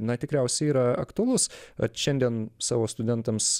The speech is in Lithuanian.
na tikriausiai yra aktualus at šiandien savo studentams